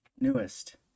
Newest